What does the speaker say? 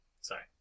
Sorry